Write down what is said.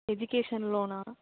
education Lona